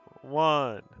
one